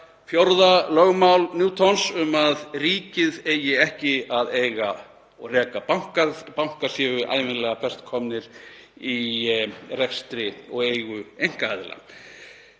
fjórða lögmál Newtons um að ríkið eigi ekki að eiga og reka banka, að bankar séu ævinlega best komnir í rekstri og eigu einkaaðila.